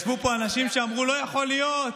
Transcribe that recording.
וישבו פה אנשים שאמרו: לא יכול להיות,